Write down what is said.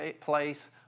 place